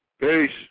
peace